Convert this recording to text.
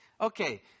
Okay